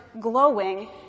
glowing